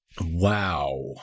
Wow